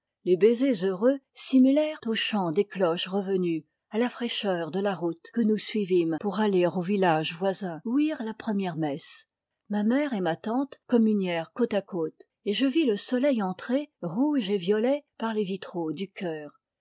les baisers heureux s'y mêlèrent au chant des cloches revenues à la fraîcheur de la route que nous suivîmes pour aller au village voisin ouïr la première messe ma mère et ma tante communièrent côte à côte et je vis le soleil entrer rouge et violet par les vitraux du chœur